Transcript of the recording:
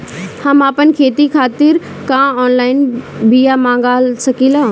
हम आपन खेती खातिर का ऑनलाइन बिया मँगा सकिला?